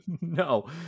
No